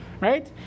right